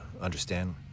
understand